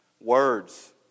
words